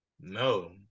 No